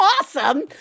awesome